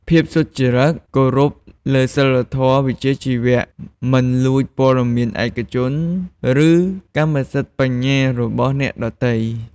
ភាពសុចរិតគោរពលើសីលធម៌វិជ្ជាជីវៈ មិនលួចព័ត៌មានឯកជន ឬកម្មសិទ្ធិបញ្ញារបស់អ្នកដទៃ។